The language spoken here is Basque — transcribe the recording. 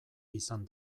izan